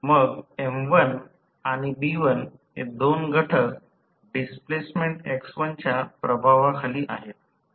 मग आणि हे दोन घटक डिस्प्लेसमेंट च्या प्रभावाखाली आहेत